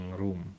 room